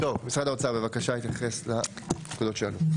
משרד האוצר, בבקשה להתייחס לשאלות שעלו.